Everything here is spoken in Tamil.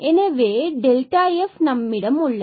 எனவே இங்கு f நம்மிடம் உள்ளது